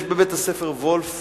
יש בבית-הספר "וולף"